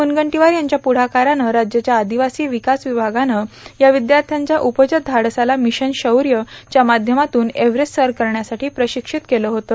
मुनगंदीवार यांच्या पुढाकारानं राज्याच्या आदिवासी विकास विभागानं या विद्यार्थ्यांच्या उपजत धाडसाला मिशन शौर्य च्या माध्यमातून एव्हरेस्ट सर करण्यासाठी प्रशिक्षित केलं होतं